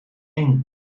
eng